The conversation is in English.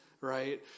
right